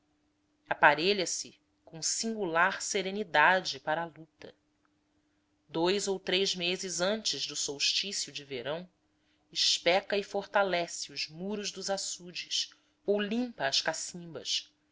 suplantar aparelha se com singular serenidade para a luta dous ou três meses antes do solstício de verão especa e fortalece os muros dos açudes ou limpa as cacimbas